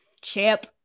Chip